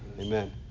Amen